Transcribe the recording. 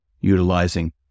utilizing